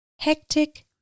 Hectic